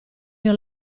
mio